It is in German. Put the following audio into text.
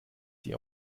sie